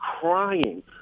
crying